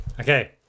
okay